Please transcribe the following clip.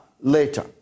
later